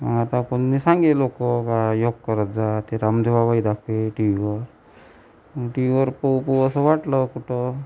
आता कोणने सांगे लोक का योग करत जा ते रामदेव बाबाही दाखवे टी व्हीवर आणि टी व्हीवर पाहूपाहू असं वाटलं कुठं